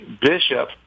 bishop